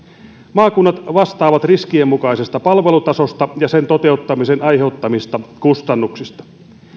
maakunnat vastaavat riskien mukaisesta palvelutasosta ja sen toteuttamisen aiheuttamista kustannuksista